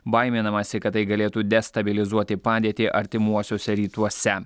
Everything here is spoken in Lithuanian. baiminamasi kad tai galėtų destabilizuoti padėtį artimuosiuose rytuose